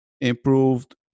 improved